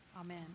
Amen